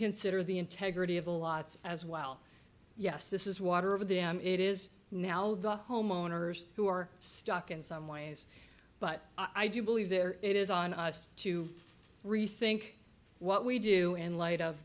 consider the integrity of the lots as well yes this is water of them it is now the homeowners who are stuck in some ways but i do believe there it is on us to rethink what we do in light of